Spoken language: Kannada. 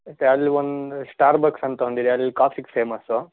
ಮತ್ತೆ ಅಲ್ಲಿ ಒಂದು ಸ್ಟಾರ್ಬಕ್ಸ್ ಅಂತ ಒಂದು ಇದೆ ಅಲ್ಲಿ ಕಾಫೀಗೆ ಫೇಮಸು